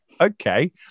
okay